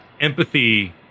Empathy